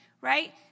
right